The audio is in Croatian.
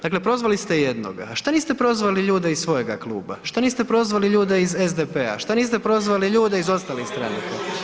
Dakle, prozvali ste jednoga, a šta niste prozvali ljude iz svojega kluba, šta niste prozvali ljude iz SDP-a, šta niste prozvali ljude iz ostalih stranaka?